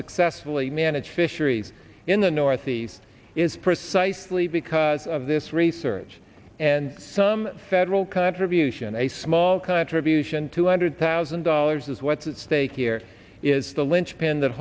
successfully managed fisheries in the northeast is precisely because of this research and some federal contribution a small contribution two hundred thousand dollars is what's at stake here is the linchpin that